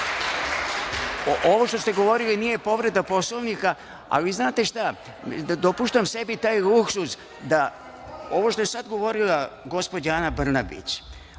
Ovo što ste govorili nije povreda Poslovnika, ali znate šta – dopuštam sebi taj luksuz da ovo što je sad govorila gospođa Ana Brnabić,